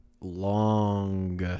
long